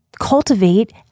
cultivate